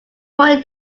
more